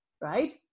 right